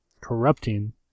corrupting